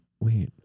wait